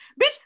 Bitch